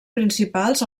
principals